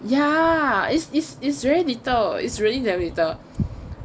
ya it's is is very little it's really damn little